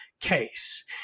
case